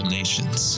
nations